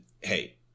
hey –